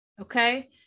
Okay